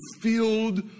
filled